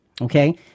okay